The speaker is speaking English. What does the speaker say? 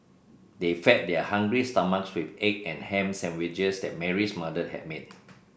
they fed their hungry stomachs with egg and ham sandwiches that Mary's mother had made